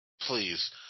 Please